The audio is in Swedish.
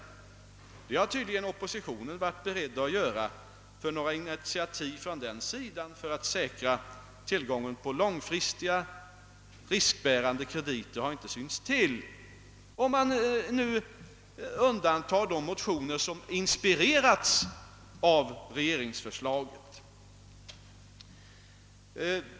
Men det har tydligen oppositionen varit beredd att göra, ty några initiativ från det hållet för att säkra tillgången på långfristiga riskbärande krediter har inte synts till, om man undantar de motioner som inspirerats av regeringsförslaget.